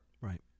right